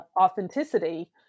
authenticity